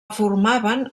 formaven